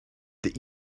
that